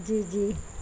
جی جی